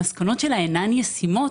המסקנות שלה אינן ישימות,